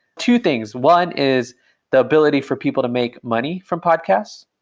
two things, one is the ability for people to make money from podcasts.